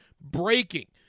breaking